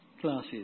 classes